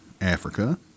Africa